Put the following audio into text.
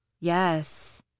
Yes